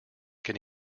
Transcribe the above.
can